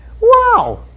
wow